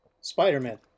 Spider-Man